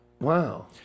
Wow